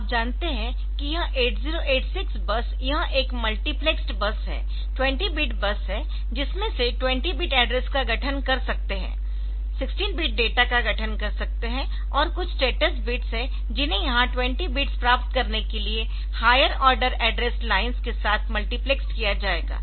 आप जानते है कि यह 8086 बस यह एक मल्टिप्लेक्सड बस है 20 बिट बस है जिसमें से 20 एड्रेस का गठन कर सकते है 16 बिट्स डेटा का गठन कर सकते है और कुछ स्टेटस बिट्स है जिन्हें यहां 20 बिट्स प्राप्त करने के लिए हायर आर्डर एड्रेस लाइन्स के साथ मल्टिप्लेक्सड किया जाएगा